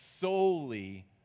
solely